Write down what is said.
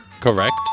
correct